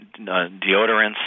deodorants